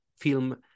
film